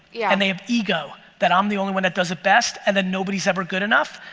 yeah and they have ego that i'm the only one that does it best and nobody's ever good enough.